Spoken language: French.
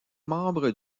membre